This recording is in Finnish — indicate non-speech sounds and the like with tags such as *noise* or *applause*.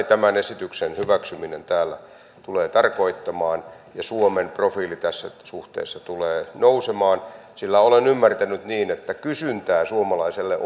*unintelligible* tämän esityksen hyväksyminen täällä tulee tarkoittamaan suomen profiili tässä suhteessa tulee nousemaan sillä olen ymmärtänyt niin että kysyntää suomalaiselle *unintelligible*